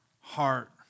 Heart